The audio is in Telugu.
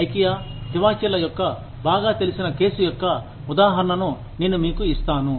ఐకియా తివాచీల యొక్క బాగా తెలిసిన కేసు యొక్క ఉదాహరణను నేను మీకు ఇస్తాను